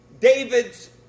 David's